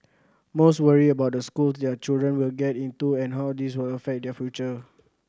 most worry about the schools their children will get into and how this will affect their future